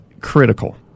critical